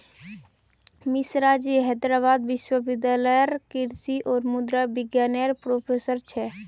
मिश्राजी हैदराबाद विश्वविद्यालय लेरे कृषि और मुद्रा विज्ञान नेर प्रोफ़ेसर छे